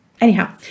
Anyhow